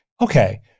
Okay